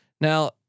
now